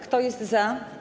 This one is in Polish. Kto jest za?